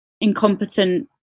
incompetent